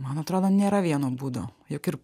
man atrodo nėra vieno būdo jog ir